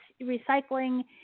recycling